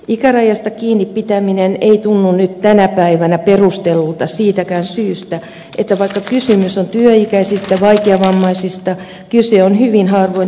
ikärajasta kiinni pitäminen ei tunnu nyt tänä päivänä perustellulta siitäkään syystä että vaikka kysymys on työikäisistä vaikeavammaisista kyse on hyvin harvoin työssäkäyvistä henkilöistä